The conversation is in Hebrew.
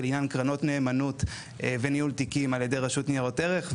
ולעניין קרנות נאמנות וניהול תיקים על ידי רשות לניירות ערך.